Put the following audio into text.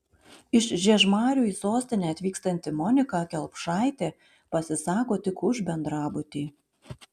iš žiežmarių į sostinę atvykstanti monika kelpšaitė pasisako tik už bendrabutį